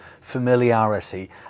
familiarity